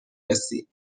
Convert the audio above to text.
رسی